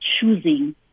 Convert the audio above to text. choosing